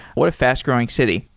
what a fast-growing city.